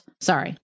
Sorry